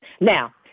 Now